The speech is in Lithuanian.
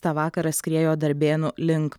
tą vakarą skriejo darbėnų link